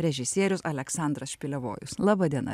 režisierius aleksandras špilevojus laba diena